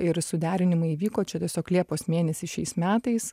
ir suderinimai įvyko čia tiesiog liepos mėnesį šiais metais